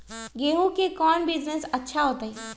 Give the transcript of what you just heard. गेंहू के कौन बिजनेस अच्छा होतई?